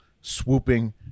swooping